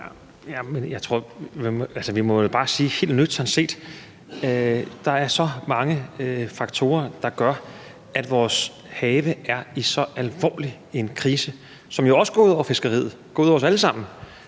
Vi må vel bare sige helt nøgternt, at der er så mange faktorer, der gør, at vores have er i så alvorlig en krise, som jo også går ud over fiskeriet og går ud over os alle sammen.